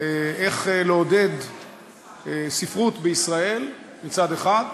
איך לעודד ספרות בישראל מצד אחד,